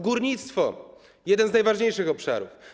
Górnictwo, jeden z najważniejszych obszarów.